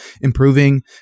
improving